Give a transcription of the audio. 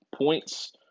points